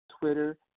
Twitter